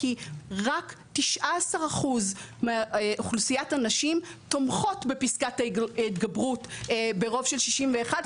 כי רק 19% מאוכלוסיית הנשים תומכות בפסקת ההתגברות ברוב של 61,